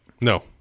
No